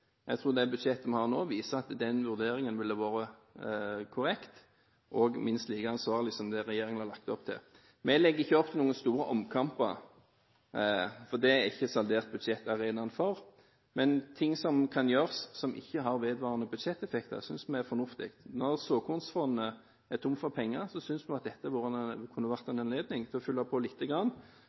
Jeg tror det budsjettet vi har nå, viser at den vurderingen var korrekt og minst like ansvarlig som det regjeringen har lagt opp til. Vi legger ikke opp til noen store omkamper, for det er ikke saldert budsjett arenaen for. Men ting som kan gjøres, og som ikke har vedvarende budsjetteffekt, synes vi er fornuftig. Når såkornfondet er tomt for penger, synes vi at dette kunne vært en anledning til å fylle på lite grann,